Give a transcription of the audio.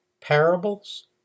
Parables